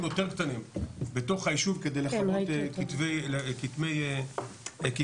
יותר קטנים בתוך הישוב כדי לכבות כתמי אש.